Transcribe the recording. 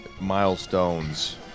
milestones